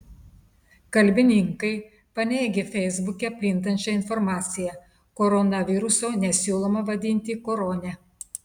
kalbininkai paneigė feisbuke plintančią informaciją koronaviruso nesiūloma vadinti korone